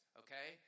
okay